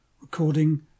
recording